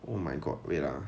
oh my god wait ah